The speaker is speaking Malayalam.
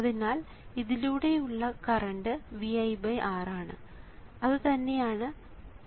അതിനാൽ ഇതിലൂടെയുള്ള കറണ്ട് ViR ആണ് അതുതന്നെയാണ് ആ റെസിസ്റ്ററിലൂടെയും പ്രവഹിക്കുന്നത്